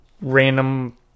random